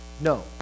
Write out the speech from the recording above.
No